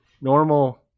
Normal